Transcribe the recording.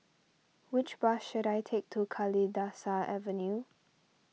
which bus should I take to Kalidasa Avenue